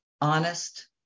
honest